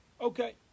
Okay